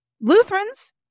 Lutherans